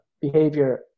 behavior